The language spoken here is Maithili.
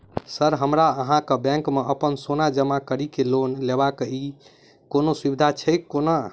सर हमरा अहाँक बैंक मे अप्पन सोना जमा करि केँ लोन लेबाक अई कोनो सुविधा छैय कोनो?